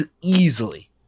easily